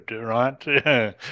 right